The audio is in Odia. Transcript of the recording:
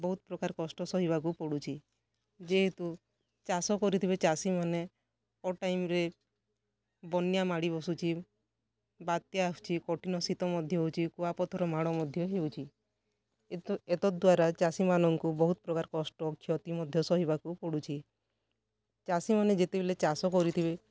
ବହୁତ ପ୍ରକାର କଷ୍ଟ ସହିବାକୁ ପଡ଼ୁଛି ଯେହେତୁ ଚାଷ କରିଥିବେ ଚାଷୀମାନେ ଅଡ଼୍ ଟାଇମ୍ରେ ବନ୍ୟା ମାଡ଼ି ବସୁଛି ବାତ୍ୟା ଆସୁଛି କଠିନ ଶୀତ ମଧ୍ୟ ହେଉଛି କୁଆପଥର ମାଡ଼ ମଧ୍ୟ ହେଉଛି ଏତଦ୍ ଦ୍ଵାରା ଚାଷୀମାନଙ୍କୁ ବହୁତ ପ୍ରକାର କଷ୍ଟ କ୍ଷତି ମଧ୍ୟ ସହିବାକୁ ପଡ଼ୁଛି ଚାଷୀମାନେ ଯେତେବେଲେ ଚାଷ କରିଥିବେ